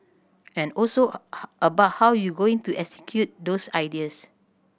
and also about how you going to execute those ideas